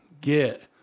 get